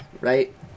right